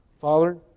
Father